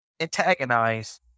antagonize